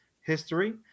history